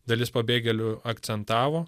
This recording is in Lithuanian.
dalis pabėgėlių akcentavo